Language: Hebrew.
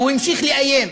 הוא המשיך לאיים.